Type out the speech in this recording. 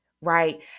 right